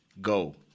go